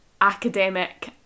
academic